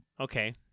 Okay